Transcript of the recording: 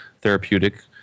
therapeutic